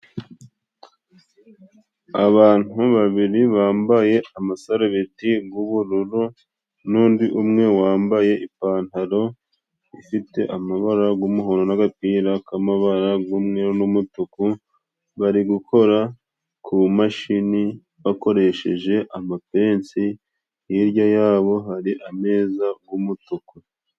Abantu babiri bambaye amasarubeti gw'ubururu n'undi umwe wambaye ipantaro ifite amabara g'umuhondo n'agapira k'amabara'gumwe n'umutuku, bari gukora ku mashini bakoresheje amapensi, hirya yabo hari ameza g'umutuku.